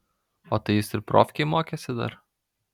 o tai jis ir profkėj mokėsi dar